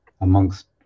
amongst